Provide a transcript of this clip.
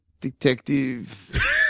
Detective